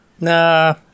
Nah